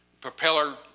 propeller